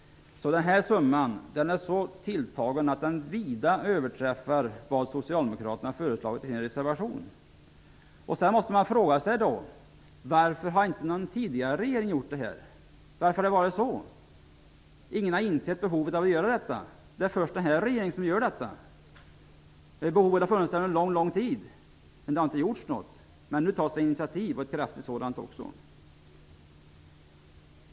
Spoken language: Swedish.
Den här summan är så tilltagen att den vida överträffar vad Socialdemokraterna har föreslagit i sin reservation. Man måste fråga sig varför inte någon tidigare regering har gjort detta. Ingen har insett behovet av att göra det. Det är först den här regeringen som gör detta. Behovet har funnits en lång tid utan att det har gjorts något. Men nu tas det ett kraftfullt initiativ.